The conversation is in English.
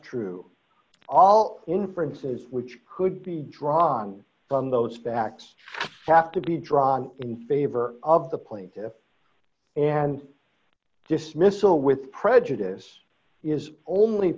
true all inferences which could be drawn from those facts have to be drawn in favor of the plaintiff and dismissal with prejudice is only